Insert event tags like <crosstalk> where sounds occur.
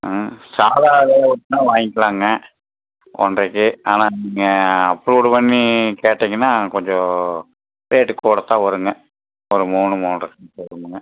ஆ சாதா <unintelligible> வாங்கிக்கலாம்ங்க ஒன்றைக்கு ஆனால் நீங்கள் அப்ரூவுடு பண்ணி கேட்டிங்கண்ணால் கொஞ்சம் ரேட்டு கூடதான் வருங்க ஒரு மூணு மூன்றுக்கிட்ட வருங்க